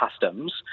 customs